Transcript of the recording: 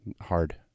hard